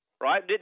Right